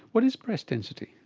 what is breast density?